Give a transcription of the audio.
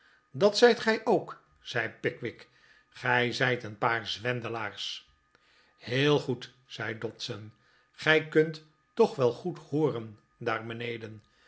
dat zijt gij ook zei pickwick gij zijt een paar zwendelaars heel goed zei dodson gij kunt toch wel goed hooren daar beneden